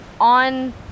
on